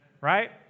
right